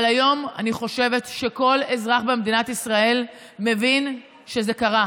אבל היום אני חושבת שכל אזרח במדינת ישראל מבין שזה קרה,